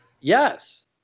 Yes